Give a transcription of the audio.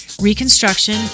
reconstruction